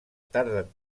tarden